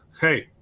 Hey